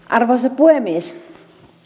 arvoisa puhemies